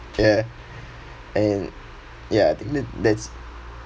ya and ya I think th~ that's